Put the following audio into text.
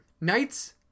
Knights